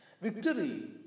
Victory